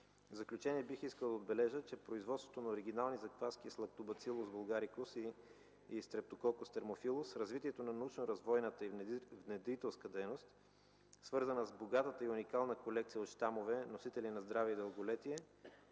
В заключение бих искал да отбележа, че производството на оригинални закваски с лактобацилус булгарикус и стрептококос термофилус, развитието на научно-развойната и внедрителска дейност, свързана с богатата и уникална колекция от щамове, носители на здраве и дълголетие